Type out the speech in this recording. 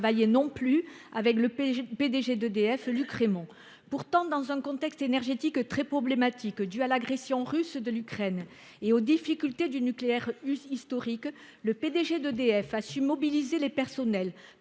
travailler avec le PDG d’EDF, Luc Rémont. Pourtant, dans un contexte énergétique rendu très problématique par l’agression russe contre l’Ukraine et les difficultés du nucléaire historique, le PDG d’EDF a su mobiliser les personnels